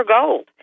gold